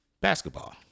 basketball